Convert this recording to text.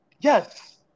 Yes